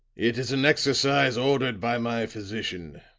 it is an exercise ordered by my physician,